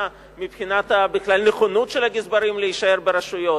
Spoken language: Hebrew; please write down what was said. מבחינת הנכונות של הגזברים להישאר ברשויות.